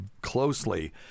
closely